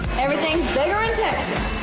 everything's bigger in texas.